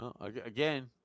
Again